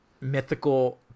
mythical